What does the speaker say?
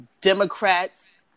Democrats